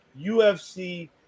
UFC